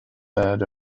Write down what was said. third